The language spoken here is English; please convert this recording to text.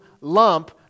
lump